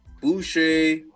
Boucher